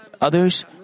Others